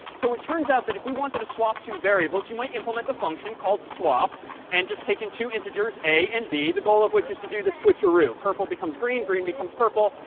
so it turns out that if we wanted to swap two variables, you might implement a function called swap and just take in two integers, a and b, the goal of which is to do the switcheroo. purple becomes green, green becomes purple,